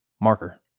Marker